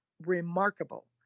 remarkable